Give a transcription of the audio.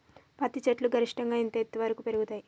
పత్తి చెట్లు గరిష్టంగా ఎంత ఎత్తు వరకు పెరుగుతయ్?